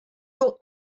übung